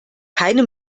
keine